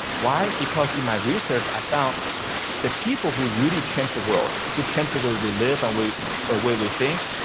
why? because in my research i found that people who really change the world, who change the way we live and the ah way we think,